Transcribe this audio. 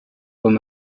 were